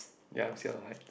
ya I'm still on high